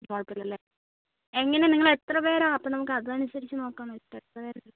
കുഴപ്പമില്ലല്ലേ എങ്ങനെ നിങ്ങൾ എത്ര പേരാണ് അപ്പം നമ്മക്ക് അത് അനുസരിച്ച് നോക്കാം എന്ന് വെച്ചിട്ടാണ് എത്ര പേരാണ്